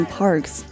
parks